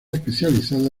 especializada